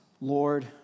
Lord